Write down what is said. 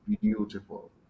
beautiful